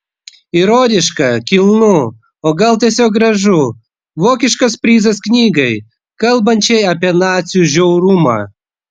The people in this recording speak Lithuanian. ironiška kilnu o gal tiesiog gražu vokiškas prizas knygai kalbančiai apie nacių žiaurumą